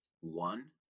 One